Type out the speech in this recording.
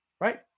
right